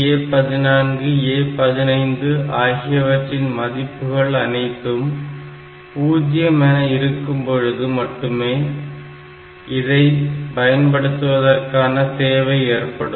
A13A14A15 ஆகியவற்றின் மதிப்புகள் அனைத்தும் பூஜ்ஜியம் என இருக்கும்பொழுது மட்டுமே இதை பயன்படுத்துவதற்கான தேவை ஏற்படும்